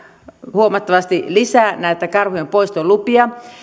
huomattavasti lisää näitä karhujen poistolupia